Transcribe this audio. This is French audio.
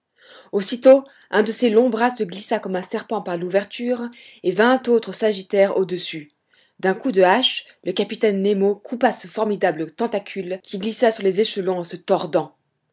aussitôt un de ces longs bras se glissa comme un serpent par l'ouverture et vingt autres s'agitèrent au-dessus d'un coup de hache le capitaine nemo coupa ce formidable tentacule qui glissa sur les échelons en se tordant